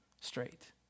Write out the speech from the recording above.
straight